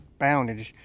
boundage